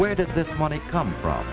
where does this money come from